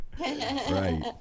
Right